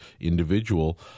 individual